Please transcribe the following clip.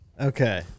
Okay